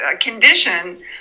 condition